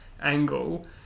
angle